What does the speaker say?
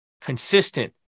consistent